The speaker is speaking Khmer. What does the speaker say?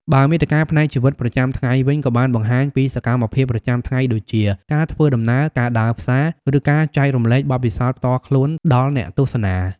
បើមាតិកាផ្នែកជីវិតប្រចាំថ្ងៃវិញ ក៏បានបង្ហាញពីសកម្មភាពប្រចាំថ្ងៃដូចជា ការធ្វើដំណើរ ការដើរផ្សារ ឬការចែករំលែកបទពិសោធន៍ផ្ទាល់ខ្លួនដល់អ្នកទស្សនា។